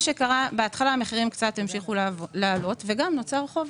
בהתחלה המחירים המשיכו לעלות וגם נוצר חוב,